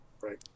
Right